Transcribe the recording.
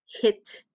hit